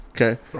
okay